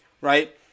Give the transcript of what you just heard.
right